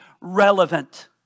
relevant